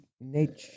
nature